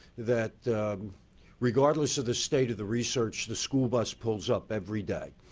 that regardless of the state of the research, the school bus pulls up every day.